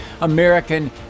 american